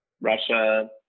Russia